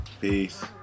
peace